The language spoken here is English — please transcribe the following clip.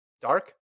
dark